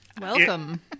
Welcome